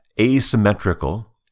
asymmetrical